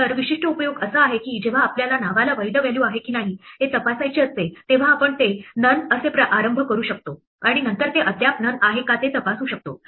तर विशिष्ट उपयोग असा आहे की जेव्हा आपल्याला नावाला वैध व्हॅल्यू आहे की नाही हे तपासायचे असते तेव्हा आपण ते none असे आरंभ करू शकतो आणि नंतर ते अद्याप none आहे का ते तपासू शकतो